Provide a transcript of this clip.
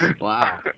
Wow